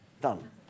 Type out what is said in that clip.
Done